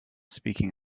speaking